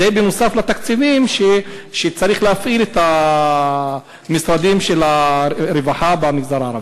זה בנוסף לתקציבים שבהם צריך להפעיל את המשרדים של הרווחה במגזר הערבי.